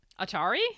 Atari